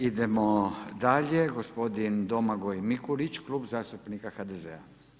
Idemo dalje, gospodin Domagoj Mikulić, Klub zastupnika HDZ-a.